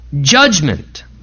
judgment